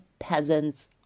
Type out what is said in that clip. Peasants